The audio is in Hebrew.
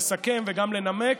לסכם וגם לנמק,